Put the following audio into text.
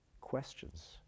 questions